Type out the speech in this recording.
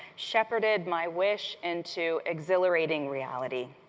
shepherded my wish into exhilarating reality.